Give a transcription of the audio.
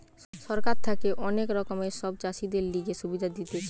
সরকার থাকে অনেক রকমের সব চাষীদের লিগে সুবিধা দিতেছে